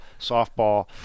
softball